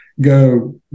go